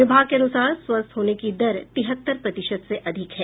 विभाग के अनुसार स्वस्थ होने की दर तिहत्तर प्रतिशत से अधिक है